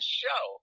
show –